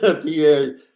Pierre